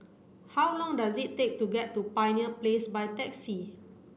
how long does it take to get to Pioneer Place by taxi